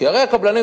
כי הרי הקבלנים,